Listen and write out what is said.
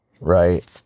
right